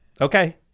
okay